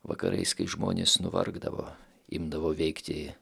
vakarais kai žmonės nuvargdavo imdavo veikti